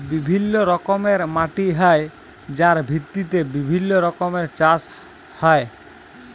বিভিল্য রকমের মাটি হ্যয় যার ভিত্তিতে বিভিল্য রকমের চাস হ্য়য়